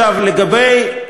לא, לא, מדברים.